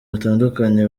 batandukanye